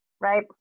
right